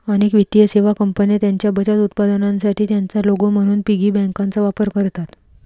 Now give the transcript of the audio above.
अनेक वित्तीय सेवा कंपन्या त्यांच्या बचत उत्पादनांसाठी त्यांचा लोगो म्हणून पिगी बँकांचा वापर करतात